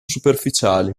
superficiali